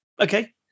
okay